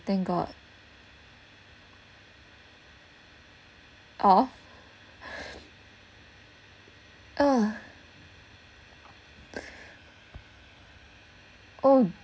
thank god ah uh oh